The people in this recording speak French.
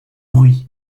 bruit